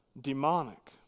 demonic